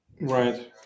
Right